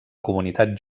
comunitat